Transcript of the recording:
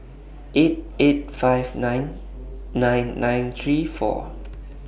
eight eight five nine nine nine three four